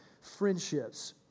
friendships